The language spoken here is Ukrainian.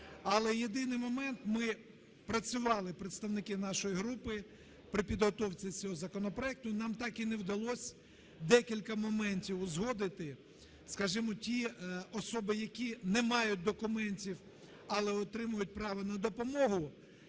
Але єдиний момент, ми працювали, представники нашої групи, при підготовці цього законопроекту, нам так і не вдалося декілька моментів узгодити. Скажімо, ті особи, які не мають документів, але отримують право на допомогу,